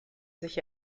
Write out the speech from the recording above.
sich